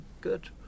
good